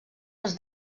els